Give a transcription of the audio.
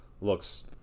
looks